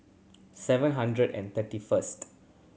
seven hundred and thirty first